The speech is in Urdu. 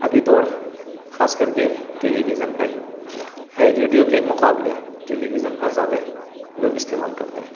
ابھی دور خاص کر کے ٹیلیویژن کا ہی ہے ریڈیو کے مقابلے ٹیلیویژن کا زیادہ لوگ استعمال کرتے ہیں